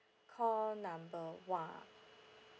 call number one